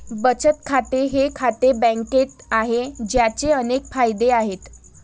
बचत खाते हे खाते बँकेत आहे, ज्याचे अनेक फायदे आहेत